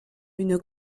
une